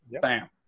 bam